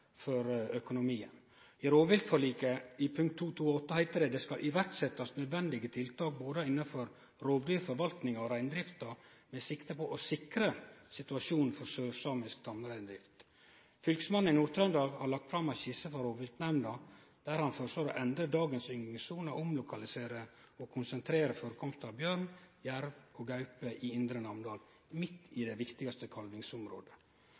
økonomien. I rovviltforliket, punkt 2. 2.8, heiter det: «Det skal iverksettes nødvendige tiltak både innenfor rovdyrforvaltningen og reindriften med sikte på å sikre situasjonen for sørsamisk tamreindrift.» Fylkesmannen i Nord-Trøndelag har lagt fram ei skisse for rovviltnemnda der han foreslår å endre dagens ynglingssone og omlokalisere og konsentrere forekomst av bjørn, jerv og gaupe i Indre Namdal – midt i det viktigaste kalvingsområdet.